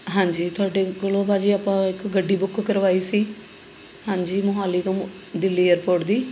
ਹਾਂਜੀ ਤੁਹਾਡੇ ਕੋਲੋਂ ਭਾਜੀ ਆਪਾਂ ਇੱਕ ਗੱਡੀ ਬੁੱਕ ਕਰਵਾਈ ਸੀ ਹਾਂਜੀ ਮੋਹਾਲੀ ਤੋਂ ਦਿੱਲੀ ਏਅਰਪੋਰਟ ਦੀ